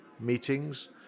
meetings